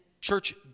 church